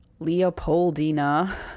Leopoldina